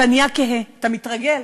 אתה נהיה קהה, אתה מתרגל.